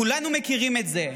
כולנו מכירים את זה,